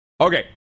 Okay